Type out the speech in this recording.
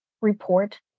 report